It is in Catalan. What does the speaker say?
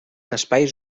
espais